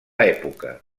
època